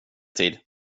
tid